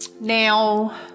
now